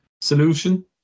solution